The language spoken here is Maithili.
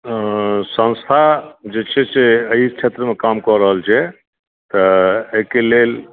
संस्था जे छै से एहि क्षेत्रमे काम कऽ रहल छै तऽ ऐहिके लेल